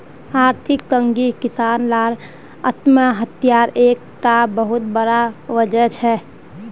आर्थिक तंगी किसान लार आत्म्हात्यार एक टा बहुत बड़ा वजह छे